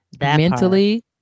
Mentally